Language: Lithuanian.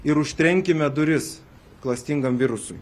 ir užtrenkime duris klastingam virusui